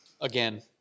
Again